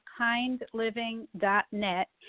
kindliving.net